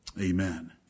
amen